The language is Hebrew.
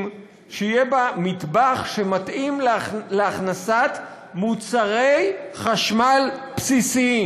שיהיה בה מטבח שמתאים להכנסת מוצרי חשמל בסיסיים,